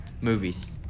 Movies